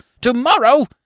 To-morrow